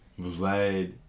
Vlad